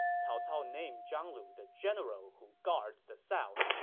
cao cao named zhang lu the general who guards the south.